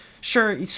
sure